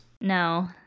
No